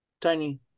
tiny